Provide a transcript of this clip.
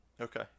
Okay